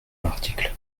l’article